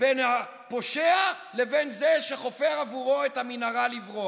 בין הפושע לבין זה שחופר בעבורו את המנהרה לברוח.